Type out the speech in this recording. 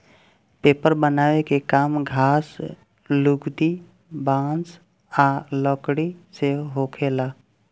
paper बनावे के काम घास, लुगदी, बांस आ लकड़ी से होखेला